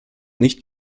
nicht